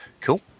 Cool